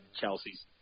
Chelsea's